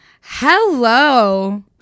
hello